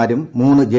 മാരും മൂന്ന് ജെ